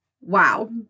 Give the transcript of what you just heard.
Wow